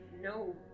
no